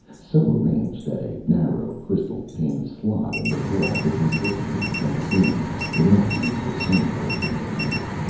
so arranged that a narrow, crystal-paned slot in the wall could be looked through from within without being discernible from without.